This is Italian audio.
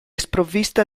sprovvista